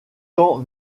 tant